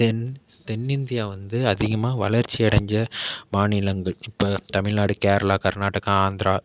தென் தென்னிந்தியா வந்து அதிகமாக வளர்ச்சி அடைஞ்ச மாநிலங்கள் இப்போ தமிழ்நாடு கேரளா கர்நாடகா ஆந்திரா